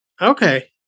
Okay